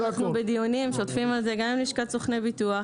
אנחנו נמצאים בדיונים שוטפים על זה עם לשכת סוכני הביטוח,